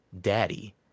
daddy